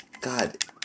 God